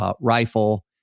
rifle